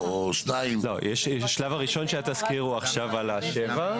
2. השלב הראשון של התסקיר הוא על השבע,